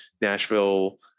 Nashville